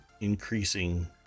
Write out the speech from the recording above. increasing